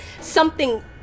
something-